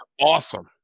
awesome